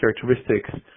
characteristics